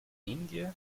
india